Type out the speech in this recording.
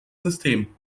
system